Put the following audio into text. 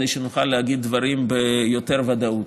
כדי שנוכל להגיד דברים ביתר ודאות.